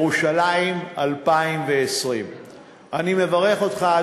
"ירושלים 2020". אני מברך אותך,